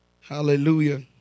Hallelujah